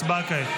הצבעה כעת.